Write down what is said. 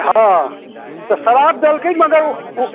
हँ तऽ श्राद्ध देलकै मगर ओ